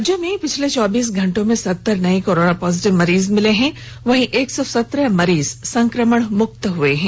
राज्य में पिछले चौबीस घंटों में सत्तर नए कोरोना पॉजिटिव मरीज मिले हैं वहीं एक सौ सत्रह मरीज संक्रमण से मुक्त हुए हैं